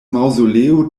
maŭzoleo